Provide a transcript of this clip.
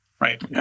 Right